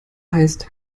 heißt